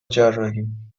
جراحی